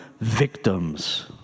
victims